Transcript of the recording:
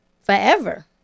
forever